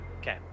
Okay